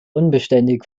unbeständig